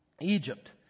Egypt